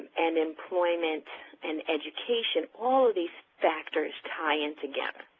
and employment and education, all of these factors tie in together.